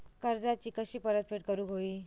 कर्जाची कशी परतफेड करूक हवी?